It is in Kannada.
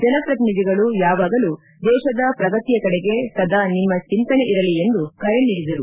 ಜನಪ್ರತಿನಿಧಿಗಳು ಯಾವಾಗಲೂ ದೇಶದ ಪ್ರಗತಿಯ ಕಡೆಗೆ ಸದಾ ನಿಮ್ನ ಚಿಂತನೆ ಇರಲಿ ಎಂದು ಕರೆ ನೀಡಿದರು